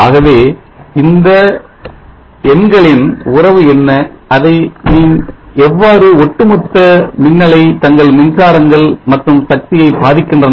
ஆகவே இந்த எங்களின் உறவு என்ன அதை நீ எவ்வாறு ஒட்டுமொத்த மின்னலைத் தங்கள் மின்சாரங்கள் மற்றும் சக்தியை பாதிக்கின்றன